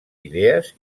idees